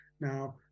Now